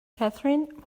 catherine